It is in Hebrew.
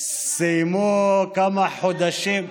סיימנו כמה חודשים,